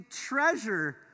treasure